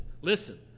listen